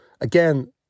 again